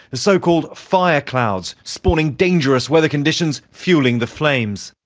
the so-called fire clouds spawning dangerous weather conditions fuelling the flames.